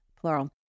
plural